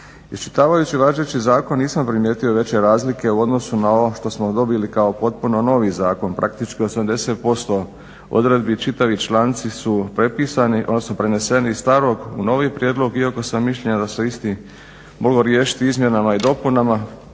Iščitavajući važeći zakon nisam primijetio veće razlike u odnosu na ovo što smo dobili kao potpuno novi zakon. praktički 80% odredbi čitavi članci su preneseni iz starog u novi prijedlog, iako sam mišljenja da se isti moglo riješiti izmjenama i dopunama